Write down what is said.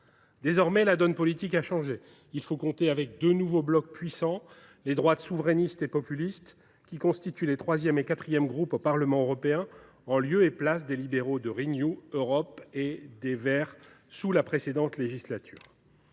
Désormais, la donne politique a changé : il faut compter avec deux nouveaux blocs puissants, les droites souverainiste et populiste, qui constituent les troisième et quatrième groupes au Parlement européen, en lieu et place des libéraux de Renew Europe et des Verts sous la précédente législature.